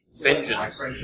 vengeance